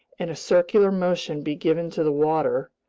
and a circular motion be given to the water,